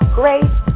grace